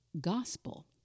gospel